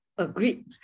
agreed